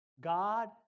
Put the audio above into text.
God